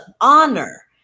honor